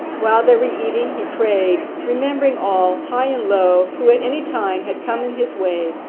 while they were eating he prayed, remembering all, high and low, who at any time had come in his way,